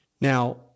Now